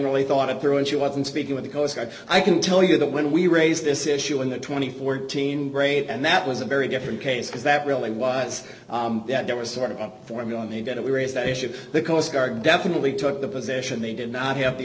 really thought it through and she wasn't speaking with because i can tell you that when we raise this issue in the two thousand and fourteen great and that was a very different case because that really was that there was sort of a formula and they did it we raise that issue the coast guard definitely took the position they did not have the